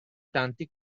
tanti